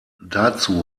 dazu